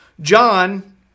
john